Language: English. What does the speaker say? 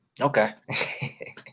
Okay